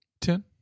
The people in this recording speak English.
Ten